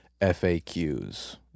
FAQs